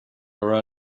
are